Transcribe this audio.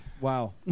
Wow